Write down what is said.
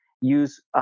use